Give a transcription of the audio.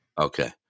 okay